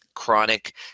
chronic